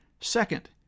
Second